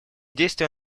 действия